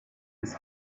his